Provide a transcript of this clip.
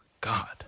God